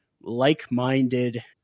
like-minded